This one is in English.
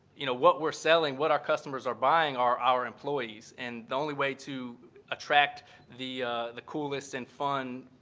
you know, what we're selling, what our customers are buying are our employees. and the only way to attract the the coolest and fun,